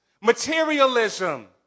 materialism